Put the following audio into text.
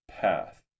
path